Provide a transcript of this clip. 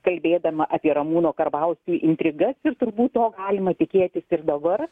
kalbėdama apie ramūno karbauskio intrigas ir turbūt to galima tikėtis ir dabar